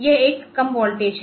यह एक कम वोल्टेज है